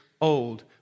old